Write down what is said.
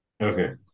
Okay